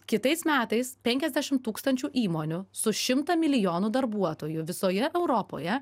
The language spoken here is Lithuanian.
kitais metais penkiasdešim tūkstančių įmonių su šimtą milijonų darbuotojų visoje europoje